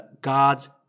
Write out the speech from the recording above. God's